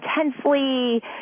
intensely